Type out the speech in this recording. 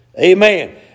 Amen